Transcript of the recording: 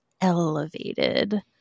elevated